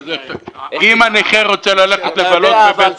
אם המלווה רוצה ללכת לבלות במועדון